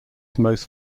most